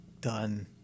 done